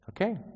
Okay